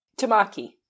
Tamaki